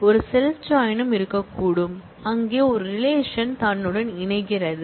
ஒரு self join ம் இருக்கக்கூடும் அங்கு ஒரு ரிலேஷன் தன்னுடன் இணைகிறது